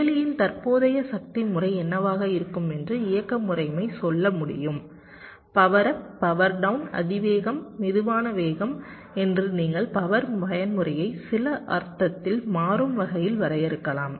செயலியின் தற்போதைய சக்தி முறை என்னவாக இருக்கும் என்று இயக்க முறைமை சொல்ல முடியும் பவர் அப் பவர் டவுன் அதிவேகம் மெதுவான வேகம் எண்று நீங்கள் பவர் பயன்முறையை சில அர்த்தத்தில் மாறும் வகையில் வரையறுக்கலாம்